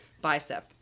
bicep